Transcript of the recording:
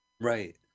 Right